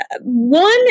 One